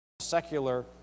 secular